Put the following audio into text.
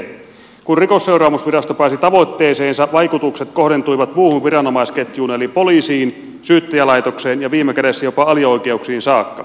kun rikosseuraamusvirasto pääsi tavoitteeseensa vaikutukset kohdentuivat muuhun viranomaisketjuun eli poliisiin syyttäjälaitokseen ja viime kädessä jopa alioikeuksiin saakka